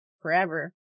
forever